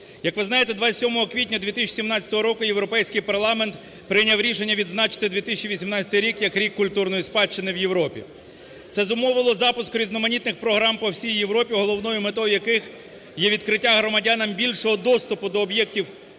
Як ви знаєте, 27 квітня 2017 року Європейський парламент прийняв рішення відзначити 2018 рік як Рік культурної спадщини в Європі. Це зумовило запуск різноманітних програм по всій Європі, головною метою яких є відкриття громадянам більшого доступу до об'єктів